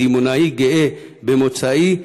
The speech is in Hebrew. דימונאי גאה במוצאי,